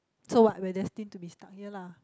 so what we're destined to be stuck here lah